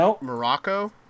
Morocco